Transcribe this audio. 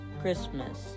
Christmas